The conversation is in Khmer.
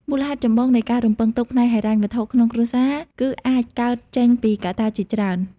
មូលហេតុចម្បងនៃការរំពឹងទុកផ្នែកហិរញ្ញវត្ថុក្នុងគ្រួសារ គឺអាចកើតចេញពីកត្តាជាច្រើន ។